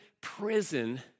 prison